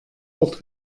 ort